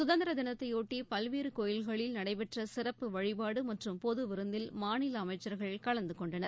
சுதந்திர தினத்தையொட்டி பல்வேறு கோயில்களில் நடைபெற்ற சிறப்பு வழிபாடு மற்றும் பொது விருந்தில் மாநில அமைச்சர்கள் கலந்து கொண்டனர்